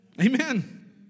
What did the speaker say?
Amen